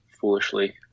foolishly